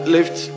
Lift